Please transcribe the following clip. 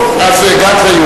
האם זה נרשם בפרוטוקול?